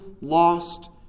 lost